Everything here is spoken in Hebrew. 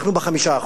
אנחנו ב-5%.